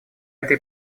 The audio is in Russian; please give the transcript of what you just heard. этой